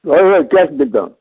हय हय कॅश दितां